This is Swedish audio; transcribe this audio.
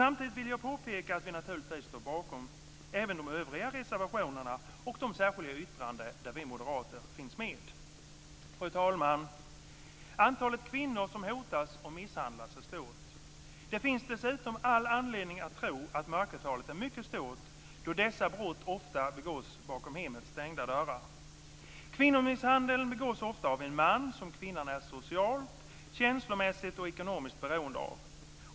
Samtidigt vill jag påpeka att vi naturligtvis står bakom även övriga reservationer och särskilda yttranden där vi moderater finns med. Fru talman! Antalet kvinnor som hotas eller misshandlas är stort. Det finns dessutom all anledning att tro att mörkertalet är mycket stort då dessa brott ofta begås bakom hemmets stängda dörrar. Kvinnomisshandel begås ofta av en man som kvinnan är socialt, känslomässigt och ekonomiskt beroende av.